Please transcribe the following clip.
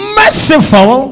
merciful